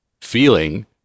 feeling